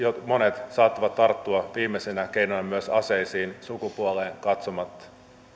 monet saattavat tarttua viimeisenä keinona myös aseisiin sukupuoleen katsomatta